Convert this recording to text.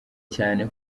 cyane